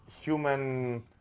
human